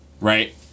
right